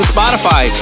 Spotify